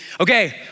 Okay